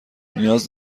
نیاز